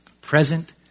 present